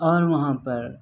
اور وہاں پر